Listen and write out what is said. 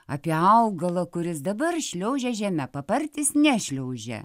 apie augalą kuris dabar šliaužia žeme papartis nešliaužia